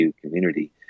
community